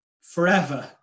Forever